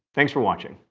thanks for watching.